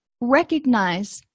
Recognize